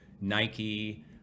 Nike